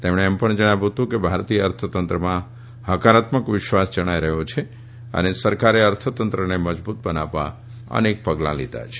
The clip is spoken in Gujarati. તેમણે એમ પણ જણાવ્યું હતું કે ભારતીય અર્થ તંત્રમાં હકારાત્મક વિશ્વાસ જણાઇ રહયો છે અને સરકારે અર્થ તંત્રને મજબુત બનાવવા અનેક પગલા લીધા છે